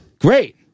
Great